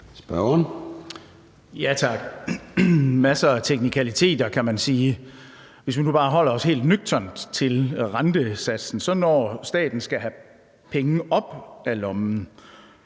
Der er masser af teknikaliteter, kan man sige. Hvis vi nu bare holder os helt nøgternt til rentesatsen, forrentes det, når staten skal have pengene op af lommen